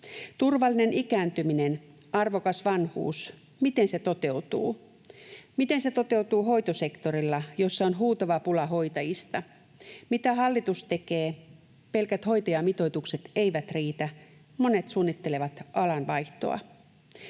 Turvallinen ikääntyminen, arvokas vanhuus, miten se toteutuu? Miten se toteutuu hoitosektorilla, jossa on huutava pula hoitajista? Mitä hallitus tekee? Pelkät hoitajamitoitukset eivät riitä. Monet suunnittelevat alan vaihtoa.